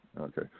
Okay